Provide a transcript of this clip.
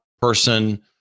person